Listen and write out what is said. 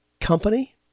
company